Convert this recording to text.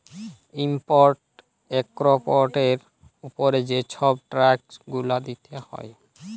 import এক্সপর্টের উপরে যে ছব ট্যাক্স গুলা দিতে হ্যয়